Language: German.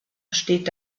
steht